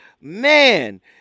Man